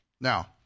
now